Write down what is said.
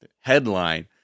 headline